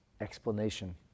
explanation